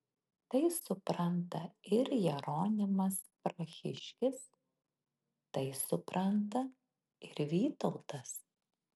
tai supranta ir jeronimas prahiškis tai supranta ir vytautas